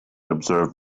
observed